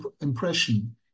impression